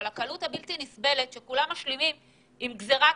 אבל הקלות הבלתי נסבלת שכולם משלימים עם גזרה כזו,